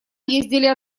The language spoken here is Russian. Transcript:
ездили